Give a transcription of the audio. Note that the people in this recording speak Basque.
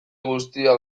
guztia